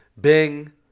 Bing